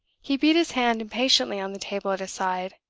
he beat his hand impatiently on the table at his side,